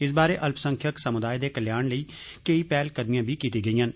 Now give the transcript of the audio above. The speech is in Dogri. इस बरे अल्पसंख्यक समुदाए दे कल्याण लेई केई पहलकदमियां बी कीतियां गेइयां न